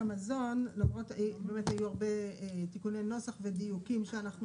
היו באמת תיקוני נוסח ודיוקים שאנחנו